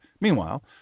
Meanwhile